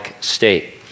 State